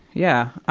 yeah.